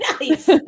Nice